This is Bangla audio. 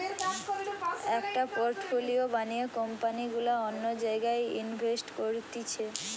একটা পোর্টফোলিও বানিয়ে কোম্পানি গুলা অন্য জায়গায় ইনভেস্ট করতিছে